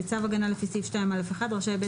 3ב. (א) בצו הגנה לפי סעיף 2(א)(1) רשאי בית